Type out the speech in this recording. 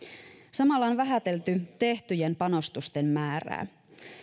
samalla on vähätelty tehtyjen panostusten määrää